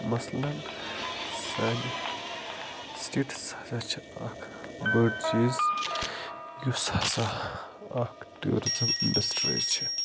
مثلاً سانہِ سِٹیٹس ہسا چھِ اکھ بٔڑ چیٖز یُس ہسا اکھ ٹُوٗرِزٕم اِنٛڈَسٹری چھِ